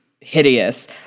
hideous